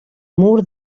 mur